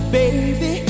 baby